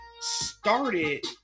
started